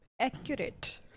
accurate